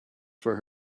for